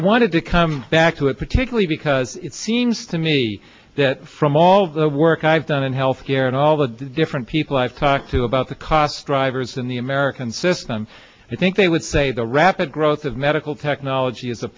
i wanted to come back to it particularly because it seems to me that from all the work i've done in health care and all the different people i've talked to about the cost strivers in the american system i think they would say the rapid growth of medical technology is a